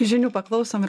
žinių paklausom ir